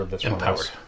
Empowered